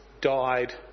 died